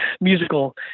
musical